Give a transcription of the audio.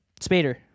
Spader